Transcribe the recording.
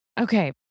Okay